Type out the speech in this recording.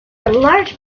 large